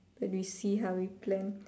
but we see how we plan